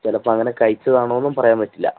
ചിലപ്പോഴങ്ങനെ കഴിച്ചതാണോ എന്നും പറയാന് പറ്റില്ല